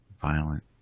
violent